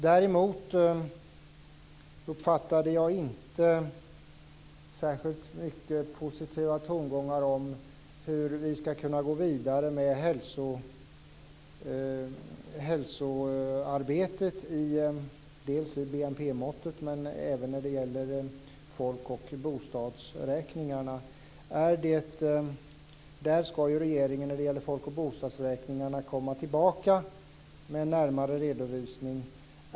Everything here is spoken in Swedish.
Däremot uppfattade jag inte särskilt mycket positiva tongångar när det gäller frågan om hur vi skall kunna gå vidare med hälsoarbetet i BNP-måttet men även när det gäller folk och bostadsräkningarna. I fråga om folk och bostadsräkningarna skall ju regeringen komma tillbaka med en närmare redovisning.